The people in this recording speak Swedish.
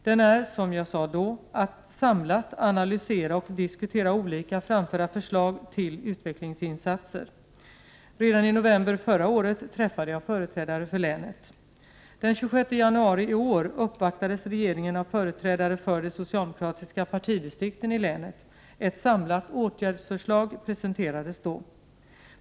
De är, som jag sade då, att samlat analysera och diskutera olika framförda förslag till utvecklingsinsatser. Redan i november 117 förra året träffade jag företrädare för länet. Den 26 januari i år uppvaktades regeringen av företrädare för de socialdemokratiska partidistrikten i länet. Ett samlat åtgärdsförslag presenterades då.